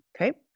Okay